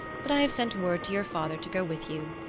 but i have sent word to your father to go with you.